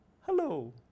hello